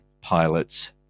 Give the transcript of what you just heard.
pilots